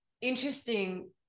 interesting